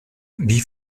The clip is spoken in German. wie